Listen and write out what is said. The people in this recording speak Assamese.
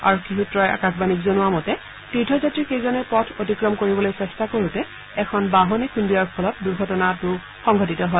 আৰক্ষী সূত্ৰই আকাশবাণীক জনোৱা মতে তীৰ্থযাত্ৰীকেইজনে পথ অতিক্ৰম কৰিবলৈ চেষ্টা কৰোতে এখন বাহনে খুন্দিওৱাৰ ফলত দুৰ্ঘটনাটো সংঘটিত হয়